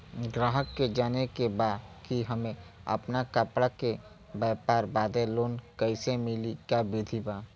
गराहक के जाने के बा कि हमे अपना कपड़ा के व्यापार बदे लोन कैसे मिली का विधि बा?